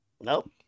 Nope